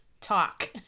talk